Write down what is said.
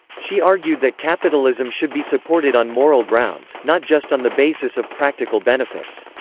she argued that capitalism should be supported on moral grounds, not just on the basis of practical benefits.